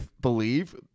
believe